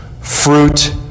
fruit